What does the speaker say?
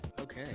okay